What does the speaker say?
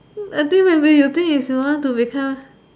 I think maybe you think is you want to become